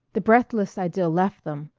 the breathless idyl left them,